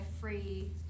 free